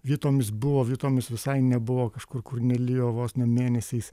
vietomis buvo vietomis visai nebuvo kažkur kur nelijo vos ne mėnesiais